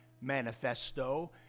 manifesto